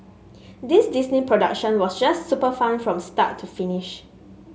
this Disney production was just super fun from start to finish